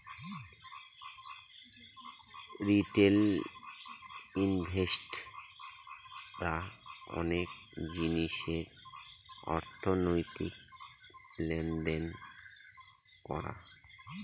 retail invest রা অনেক জিনিসের অর্থনৈতিক লেনদেন করা